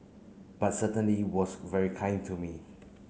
but certainly was very kind to me